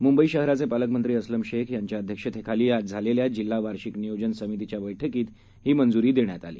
मुंबईशहराचेपालकमंत्रीअस्लमशेखयांच्याअध्यक्षतेखालीआजझालेल्याजिल्हावार्षिकनियोजनसमितीच्याबैठकीतहीमंजुरी देण्यातआली